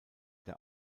der